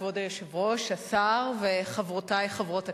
כבוד היושב-ראש, השר וחברותי חברות הכנסת,